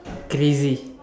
crazy